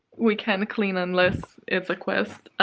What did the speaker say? we can't clean unless it's a quest.